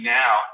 now